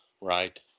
right